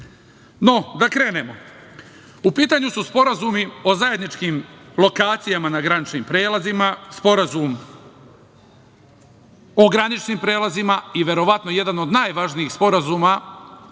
SNS.No, da krenemo. U pitanju su sporazumi o zajedničkim lokacijama na graničnim prelazima, Sporazum o graničnim prelazima i verovatno jedan od najvažnijih sporazuma,